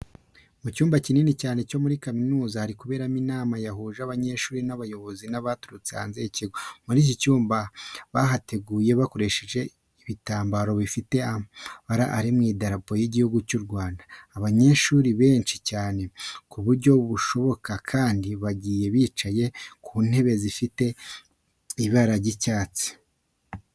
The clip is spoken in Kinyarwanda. Mu cyumba kinini cyane cyo muri kaminuza hari kuberamo inama yahuje abanyeshuri n'abayobozi baturutse hanze y'ikigo. Muri iki cyumba bahateguye bakoresheje ibitambaro bifite amabara ari mu idarapo ry'igihugu cyacu cy'u Rwanda. Aba banyeshuri ni benshi cyane ku buryo bushoboka kandi bagiye bicaye ku ntebe zifite ibara ry'icatsi.